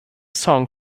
song